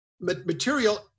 material